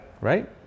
Right